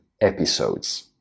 episodes